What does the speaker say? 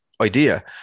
idea